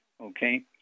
okay